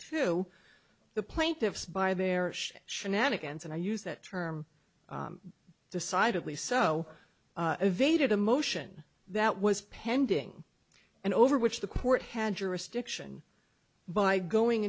two the plaintiffs by their shenanigans and i use that term decidedly so evaded a motion that was pending and over which the court had jurisdiction by going